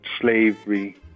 slavery